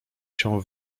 się